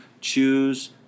choose